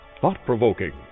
thought-provoking